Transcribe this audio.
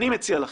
אני מציע לכם,